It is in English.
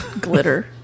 glitter